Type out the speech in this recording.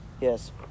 Yes